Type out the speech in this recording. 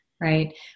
right